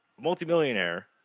multimillionaire